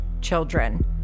Children